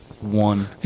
one